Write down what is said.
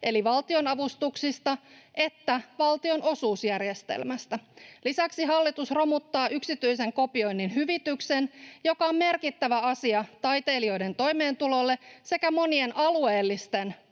eli valtionavustuksista että valtionosuusjärjestelmästä. Lisäksi hallitus romuttaa yksityisen kopioinnin hyvityksen, joka on merkittävä asia taiteilijoiden toimeentulolle sekä monien alueellisten